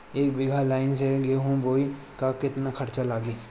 एक बीगहा लाईन से गेहूं बोआई में केतना खर्चा लागी?